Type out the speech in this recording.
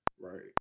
right